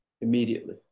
immediately